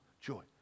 joy